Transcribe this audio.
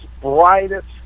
brightest